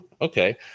okay